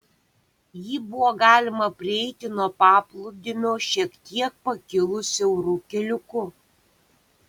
jį buvo galima prieiti nuo paplūdimio šiek tiek pakilus siauru keliuku